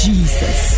Jesus